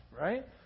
right